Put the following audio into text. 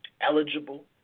eligible